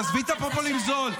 תעזבי את הפופוליזם הזול,